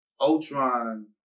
Ultron